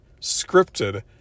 scripted